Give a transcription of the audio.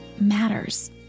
matters